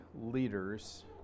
leaders